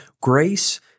grace—